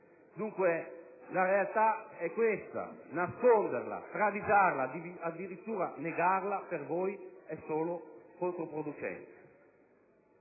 La realtà è questa: nasconderla, travisarla e addirittura negarla per voi è solo controproducente.